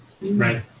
Right